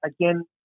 Again